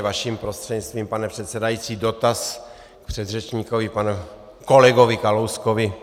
Vaším prostřednictvím, pane předsedající, jenom dotaz předřečníkovi, panu kolegovi Kalouskovi.